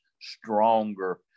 stronger